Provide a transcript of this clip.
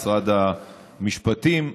משרד המשפטים,